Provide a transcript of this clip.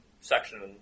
section